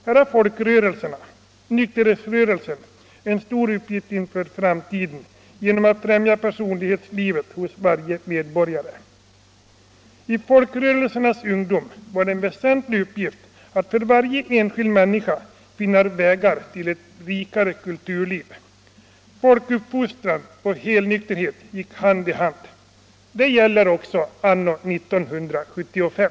Här har folkrörelserna, nykterhetsrörelsen, en stor uppgift inför framtiden genom att främja personlighetslivet hos varje medborgare. I folkrörelsernas ungdom var det en väsentlig uppgift att för varje enskild människa finna vägen till ett rikare kulturliv. Folkuppfostran och helnykterhet gick hand i hand. Det gäller också anno 1975.